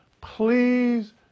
Please